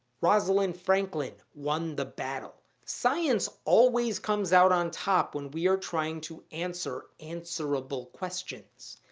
rosalind franklin won the battle. science always comes out on top when we're trying to answer answerable questions.